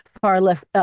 far-left